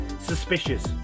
suspicious